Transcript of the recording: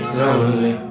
lonely